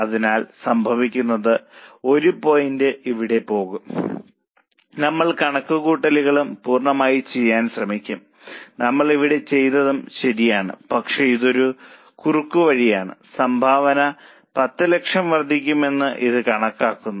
അതിനാൽ സംഭവിക്കുന്നത് 1 പോയിന്റ് ഇവിടെ പോകും നമ്മൾ കണക്കുകൂട്ടലും പൂർണ്ണമായി ചെയ്യാൻ ശ്രമിക്കും നമ്മൾ ഇവിടെ ചെയ്തതും ശരിയാണ് പക്ഷേ ഇത് ഒരു കുറുക്കുവഴിയാണ് സംഭാവന 100000 വർദ്ധിക്കുമെന്ന് ഇത് കാണിക്കുന്നു